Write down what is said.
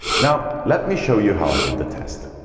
now let me show you how i did the test